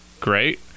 great